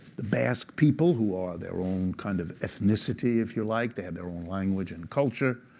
the basque people, who are their own kind of ethnicity, if you like, they have their own language and culture,